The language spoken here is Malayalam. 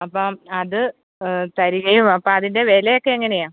അപ്പം അത് തരികയും അപ്പം അതിന്റെ വിലയൊക്കെ എങ്ങനെയാണ്